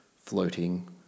floating